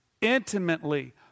intimately